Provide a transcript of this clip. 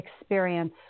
experience